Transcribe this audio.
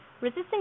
resisting